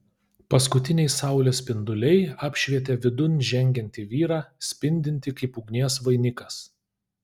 paskutiniai saulės spinduliai apšvietė vidun žengiantį vyrą spindintį kaip ugnies vainikas